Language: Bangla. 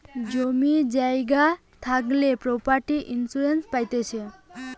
জমি জায়গা থাকলে প্রপার্টি ইন্সুরেন্স পাইতিছে